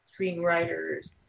screenwriters